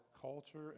culture